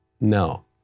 No